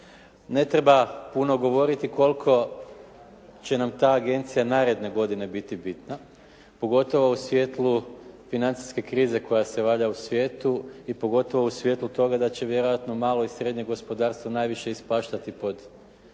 Ne treba puno govoriti koliko će nam agencija naredne godine biti bitna, pogotovo u svjetlu financijske krize koja sada vlada u svijetu i pogotovo u svjetlu toga što će malo i srednje gospodarstvo najviše ispaštati pod tom